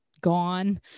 gone